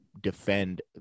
defend